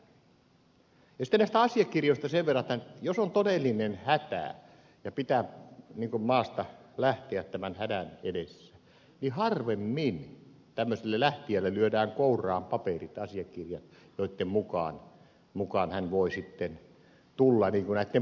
sitten näistä asiakirjoista sen verran että jos on todellinen hätä ja pitää maasta lähteä tämän hädän edessä niin harvemmin tämmöiselle lähtijälle lyödään kouraan paperit asiakirjat niin että hän voi sitten tulla näitten papereitten kanssa